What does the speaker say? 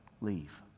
leave